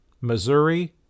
Missouri